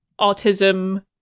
autism